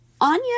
Anya